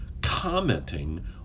commenting